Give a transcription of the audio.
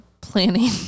planning